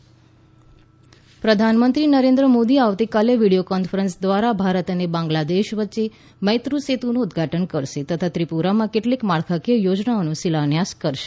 PM મૈત્રી પ્રધાનમંત્રી નરેન્દ્ર મોદી આવતીકાલે વીડિયો કોન્ફરન્સ દ્વારા ભારત અને બાંગ્લાદેશ વચ્ચે મૈત્રી સેતુનું ઉદઘાટન કરશે તથા ત્રિપુરામાં કેટલીક માળખાકીય યોજનાઓનો શિલાન્યાસ કરશે